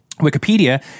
Wikipedia